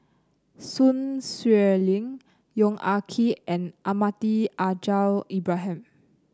Sun Xueling Yong Ah Kee and Almahdi Al Haj Ibrahim